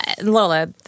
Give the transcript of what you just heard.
Lola